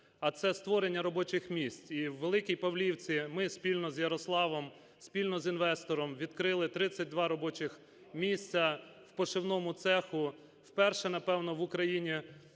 а це створення робочих місць. І у Великій Павлівці ми спільно з Ярославом, спільно з інвестором відкрили 32 робочих місця в пошивному цеху, вперше, напевно, в Україні